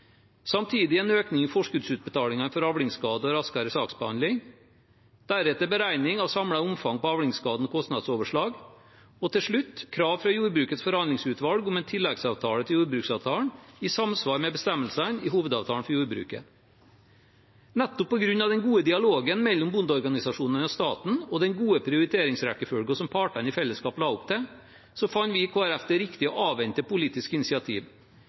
samtidig med en økning i forskuddsutbetalingene for avlingsskader og raskere saksbehandling, deretter beregning av samlet omfang av avlingsskadenes kostnadsoverslag og til slutt krav fra Jordbrukets forhandlingsutvalg om en tilleggsavtale til jordbruksavtalen i samsvar med bestemmelsene i Hovedavtalen for jordbruket. Nettopp på grunn av den gode dialogen mellom bondeorganisasjonene og staten og den gode prioriteringsrekkefølgen som partene i fellesskap la opp til, fant vi i Kristelig Folkeparti det riktig å avvente politiske initiativ.